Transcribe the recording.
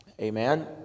Amen